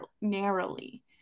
narrowly